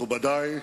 מכובדי,